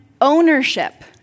ownership